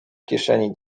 kieszeni